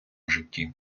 житті